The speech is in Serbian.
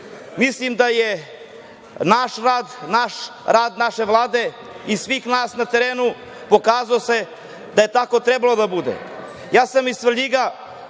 Mislim da je naš rad, rad naše Vlade i svih nas na terenu pokazao da je tako trebalo da bude. Ja sam iz Svrljiga.